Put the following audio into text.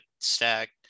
Stack